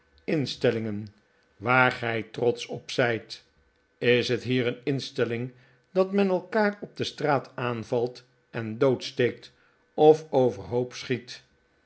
instellingen waar gij trotsch op zijt is het hier een instelling dat men elkaar op de straat aanvalt en doodsteekt of overhoop schiet